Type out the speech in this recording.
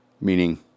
Meaning